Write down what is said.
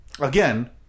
again